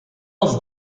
els